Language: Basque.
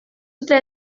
dute